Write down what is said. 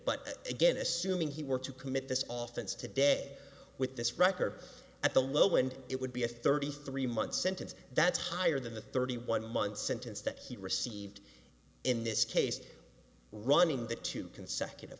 but again assuming he were to commit this often to day with this record at the low end it would be a thirty three month sentence that's higher than the thirty one month sentence that he received in this case running the two consecutive